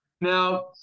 Now